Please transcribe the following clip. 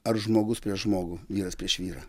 ar žmogus prieš žmogų vyras prieš vyrą